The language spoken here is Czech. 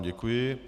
Děkuji.